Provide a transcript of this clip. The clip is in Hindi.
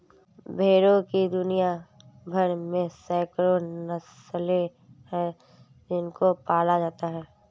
भेड़ों की दुनिया भर में सैकड़ों नस्लें हैं जिनको पाला जाता है